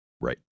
Right